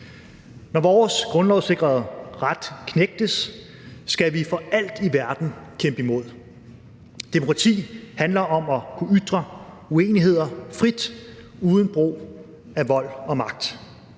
Når vores grundlovssikrede ret knægtes, skal vi for alt i verden kæmpe imod. Demokrati handler om at kunne ytre uenigheder frit uden brug af vold og magt.